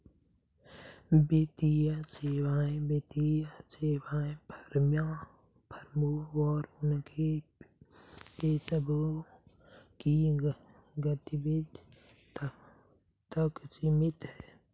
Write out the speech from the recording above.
वित्तीय सेवाएं वित्तीय सेवा फर्मों और उनके पेशेवरों की गतिविधि तक सीमित हैं